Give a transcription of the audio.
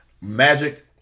Magic